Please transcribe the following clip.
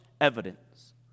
evidence